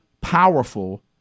powerful